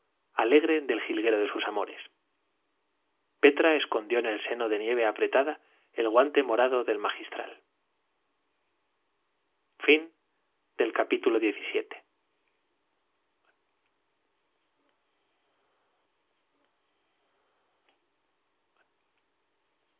alegre del jilguero de sus amores petra escondió en el seno de nieve apretada el guante morado del magistral